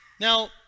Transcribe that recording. Now